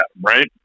right